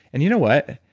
and you know what?